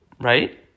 right